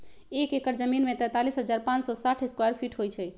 एक एकड़ जमीन में तैंतालीस हजार पांच सौ साठ स्क्वायर फीट होई छई